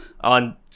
on